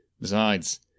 Besides